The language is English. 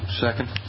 Second